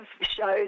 shows